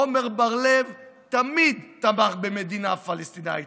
עמר בר לב תמיד תמך במדינה פלסטינית.